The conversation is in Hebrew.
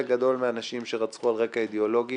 גדול מהאנשים שרצחו על רקע אידיאולוגי